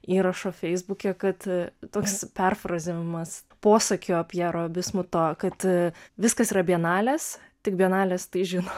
įrašo feisbuke kad toks perfrazavimas posakio pjero bismuto kad viskas yra bienalės tik bienalės tai žino